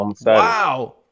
Wow